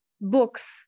books